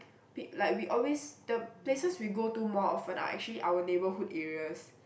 p~ like we always the places we go to more often are actually our neighbourhood areas